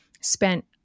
spent